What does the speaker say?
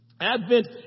Advent